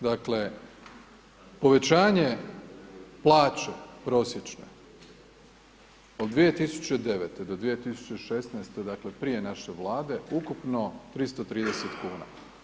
Dakle, povećanje plaće prosječne od 2009. do 2016., dakle prije naše vlade, ukupno 330 kn.